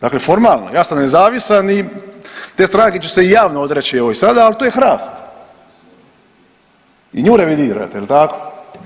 Dakle, formalno ja sam nezavisan i te stranke ću se javno odreći evo i sada al to je HRAST i nju revidirate jel tako.